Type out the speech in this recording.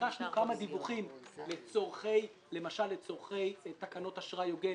ביקשנו כמה דיווחים למשל לצרכי תקנות אשראי הוגן